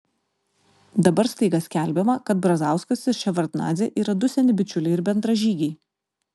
dabar staiga skelbiama kad brazauskas ir ševardnadzė yra du seni bičiuliai ir bendražygiai